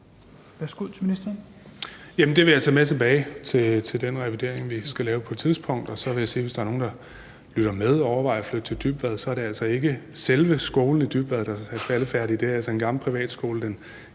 det vil jeg tage med tilbage til den revidering, vi skal lave på et tidspunkt, og så vil jeg sige, at hvis der er nogle, der lytter med og overvejer at flytte til Dybvad, så er det altså ikke selve skolen i Dybvad, der er faldefærdig, for det er altså en gammel privatskole.